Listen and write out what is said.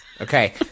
Okay